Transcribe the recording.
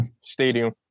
Stadium